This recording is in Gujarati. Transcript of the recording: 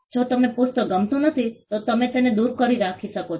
જો તમને પુસ્તક ગમતું નથી તો તમે તેને દૂર રાખી શકો છો